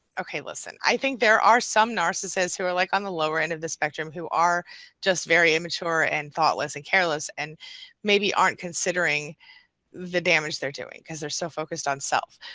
okay, listen i think there are some narcissist who are like on the lower end of the spectrum, who are just very immature and thoughtless and careless and maybe aren't considering the damage they're doing, because they're so focused on self,